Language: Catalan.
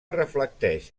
reflecteix